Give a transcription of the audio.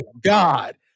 god